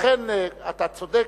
לכן אתה צודק,